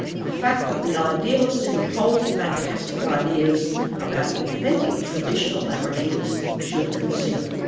a fact that the idealists who hold to fantastic ideas about authentic traditional aborigines should consider.